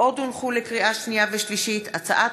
עוד הונחו לקריאה שנייה וקריאה שלישית: הצעת